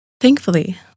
Thankfully